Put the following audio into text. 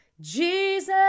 jesus